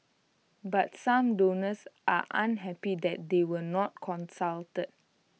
but some donors are unhappy that they were not consulted